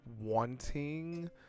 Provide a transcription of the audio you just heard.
wanting